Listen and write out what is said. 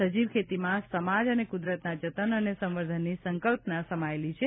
સજીવ ખેતીમાં સમાજ અને કુદરતના જતન અને સંવર્ધનની સંકલ્પના સમાયેલી છે